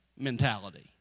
mentality